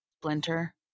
Splinter